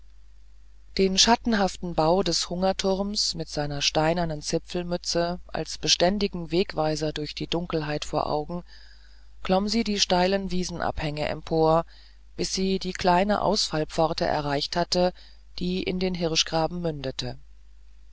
den schattenhaften bau des hungerturms mit seiner steinernen zipfelmütze als beständigen wegweiser durch die dunkelheit vor augen klomm sie die steilen wiesenabhänge empor bis sie die kleine ausfallpforte erreicht hatte die in den hirschengraben mündete